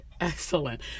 excellent